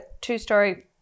two-story